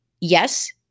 yes